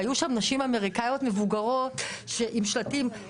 והיו שם נשים אמריקאיות מבוגרות עם שלטים,